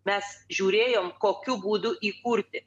mes žiūrėjom kokiu būdu įkurti